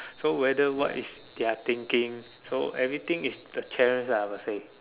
so whether what is their thinking so everything is a challenge lah per se